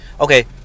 okay